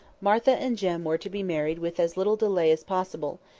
martha and jem were to be married with as little delay as possible,